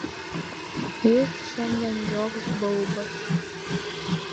jis šiandien joks baubas